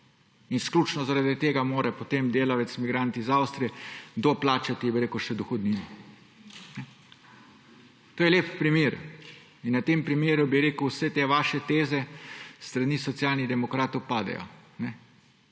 Izključno zaradi tega mora potem delavec migrant iz Avstrije doplačati še dohodnino. To je lep primer in na tem primeru vse te vaše teze s strani Socialnih demokratov padejo.